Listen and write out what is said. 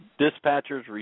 dispatchers